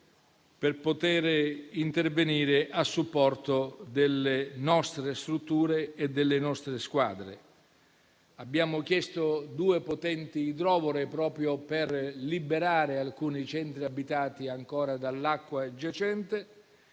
per poter intervenire a supporto delle nostre strutture e delle nostre squadre. Abbiamo chiesto due potenti idrovore, proprio per liberare alcuni centri abitati dall'acqua ancora